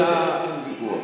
על זה אין ויכוח.